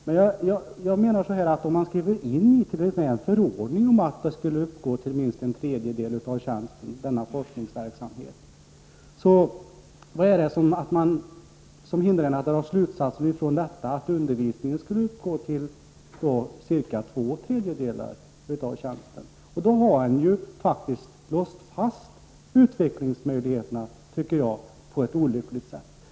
Men jag menar så här: om man skriver in i en förordning att minst en tredjedel av tjänsten skall vara forskningsverksamhet, vad är det som hindrar slutsatsen att resten skall bestå av undervisning? Då har man faktiskt låst fast utvecklingsmöjligheterna på ett olyckligt sätt, tycker jag.